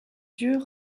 yeux